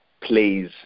plays